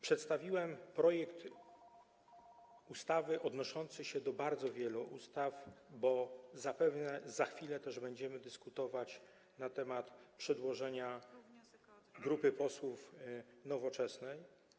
Przedstawiłem projekt ustawy odnoszący się do bardzo wielu ustaw, bo zapewne za chwilę będziemy też dyskutować na temat przedłożenia grupy posłów Nowoczesnej.